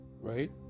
right